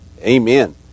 Amen